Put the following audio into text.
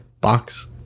box